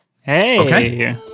Hey